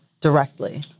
directly